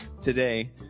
today